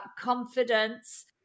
confidence